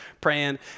praying